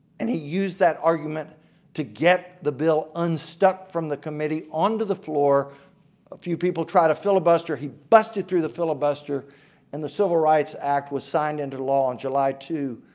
and he used that argument to get the bill unstuck from the committee onto the floor a few people tried to filibuster any busted through the filibuster and the civil rights act was signed into law on july two,